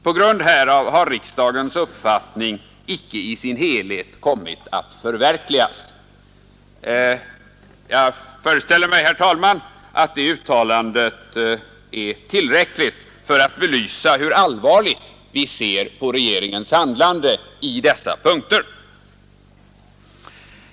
På grund härav har riksdagens uppfattning inte i sin helhet kommit att förverkligas.” Jag föreställer mig att det uttalandet är tillräckligt för att belysa hur allvarligt vi ser på regeringens handlande på dessa punkter.